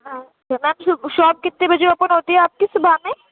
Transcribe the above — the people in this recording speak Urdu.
ہاں تو میم شاپ کتے بجے اوپن ہوتی ہے آپ کی صُبح میں